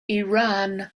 iran